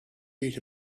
beat